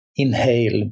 inhale